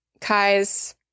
Kai's